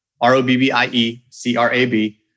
R-O-B-B-I-E-C-R-A-B